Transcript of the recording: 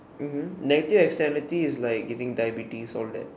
mmhmm negative externality is like getting diabetes all that